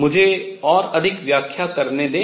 मुझे और अधिक व्याख्या करने दें